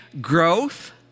growth